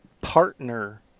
partner